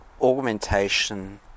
augmentation